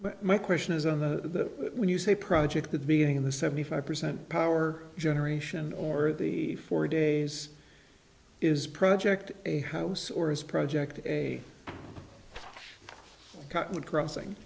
but my question is on the when you say project that being in the seventy five percent power generation or the four days is project a house or is project a cut crossing